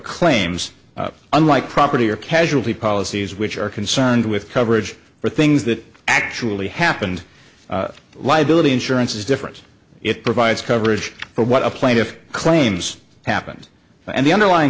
claims unlike property or casualty policies which are concerned with coverage for things that actually happened liability insurance is different it provides coverage but what a plaintiff claims happened and the underlyin